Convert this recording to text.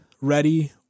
ready